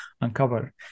uncover